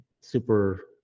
super